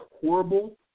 horrible